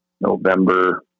November